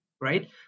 right